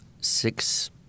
six